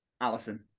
Allison